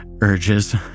urges